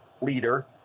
leader